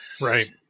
right